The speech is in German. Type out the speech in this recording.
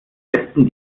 besten